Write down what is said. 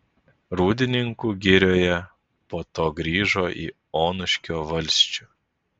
rūdninkų girioje po to grįžo į onuškio valsčių